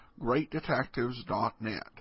greatdetectives.net